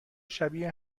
شبیه